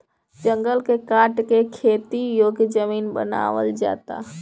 जंगल के काट के खेती योग्य जमीन बनावल जाता